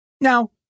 Now